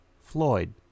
Floyd